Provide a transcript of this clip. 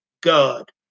God